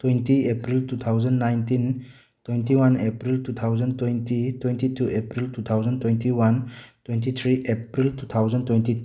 twenty April two thousand nineteen twenty one April two thousand twenty twenty two April two thousand twenty one twenty three April two thousand twenty